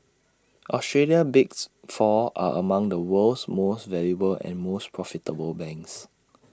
Australia's bigs four are among the world's most valuable and most profitable banks